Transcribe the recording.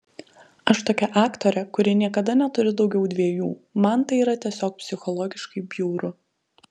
aš tokia aktorė kuri niekada neturi daugiau dviejų man tai yra tiesiog psichologiškai bjauru